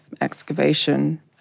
excavation